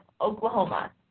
Oklahoma